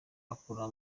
akura